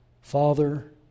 Father